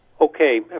Okay